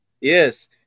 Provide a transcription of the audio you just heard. Yes